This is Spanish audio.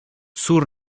sur